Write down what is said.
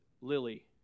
Lily